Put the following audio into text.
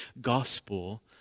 gospel